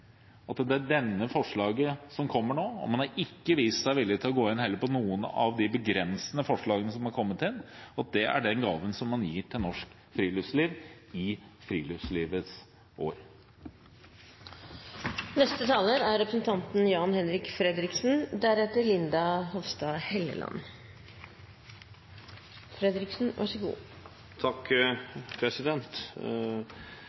at det er dette forslaget som kommer nå – man har heller ikke vist seg villig til å gå inn på noen av de begrensende forslagene som har kommet inn – og at dette er den gaven som man gir til norsk friluftsliv i Friluftslivets år. Jeg tok ordet – litt for å kommentere innlegget til representanten Juvik. Det er